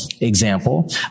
example